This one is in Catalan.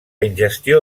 ingestió